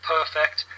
Perfect